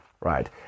right